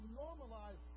normalize